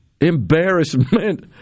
embarrassment